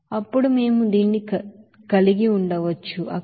అప్పుడు మేము దీన్ని కలిగి ఉండవచ్చు అక్కడ 48217